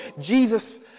Jesus